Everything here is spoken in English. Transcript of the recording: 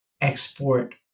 export